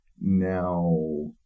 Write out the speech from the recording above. Now